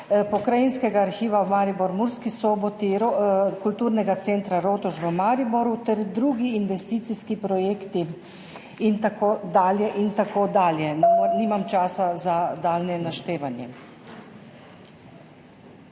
Pokrajinskega arhiva v Mariboru, Murski Soboti, kulturnega centra Rotovž v Mariboru ter drugi investicijski projekti, in tako dalje in tako dalje. Nimam časa za nadaljnje naštevanje.